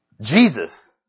Jesus